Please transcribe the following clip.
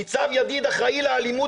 ניצב ידיד אחראי לאלימות